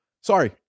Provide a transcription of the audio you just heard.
Sorry